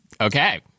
Okay